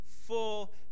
full